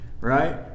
right